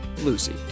Lucy